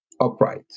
upright